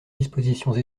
dispositions